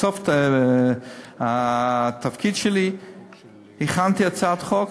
בסוף תקופת התפקיד שלי הכנתי הצעת חוק,